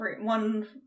one